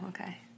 okay